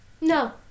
No